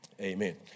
Amen